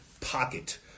pocket